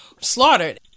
slaughtered